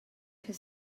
his